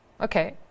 Okay